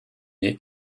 ier